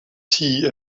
tea